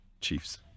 Chiefs